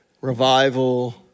revival